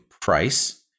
price